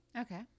Okay